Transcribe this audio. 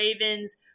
Ravens